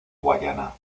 guayana